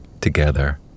together